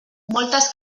moltes